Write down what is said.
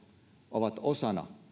ovat osana